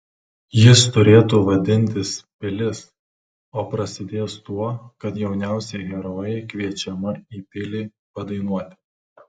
jis turėtų vadintis pilis o prasidės tuo kad jauniausia herojė kviečiama į pilį padainuoti